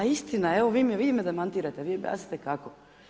Istina je, vi me demantirate, vi objasnite kako.